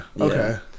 Okay